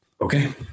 Okay